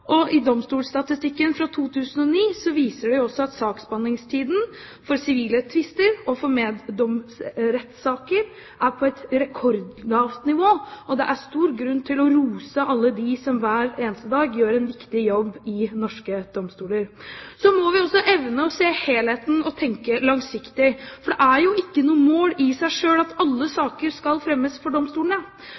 Europa, og domstolsstatistikken fra 2009 viser også at saksbehandlingstiden for sivile tvister og for meddomsrettssaker er på et rekordlavt nivå. Det er stor grunn til å rose alle dem som hver eneste dag gjør en viktig jobb i norske domstoler. Så må vi også evne å se helheten og tenke langsiktig, for det er jo ikke noe mål i seg selv at alle saker skal fremmes for domstolene.